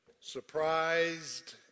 surprised